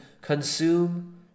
consume